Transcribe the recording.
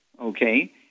okay